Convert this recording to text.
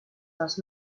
dels